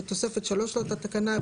בתוספת 3 לאותה תקנה,